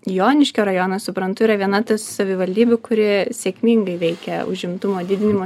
joniškio rajono suprantu yra viena ta savivaldybių kuri sėkmingai veikia užimtumo didinimo